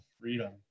freedom